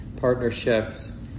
partnerships